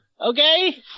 Okay